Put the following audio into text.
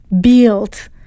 build